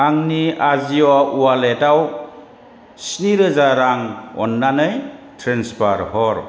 आंनि आजिय' अवालेटाव स्नि रोजा रां अन्नानै ट्रेन्सफार हर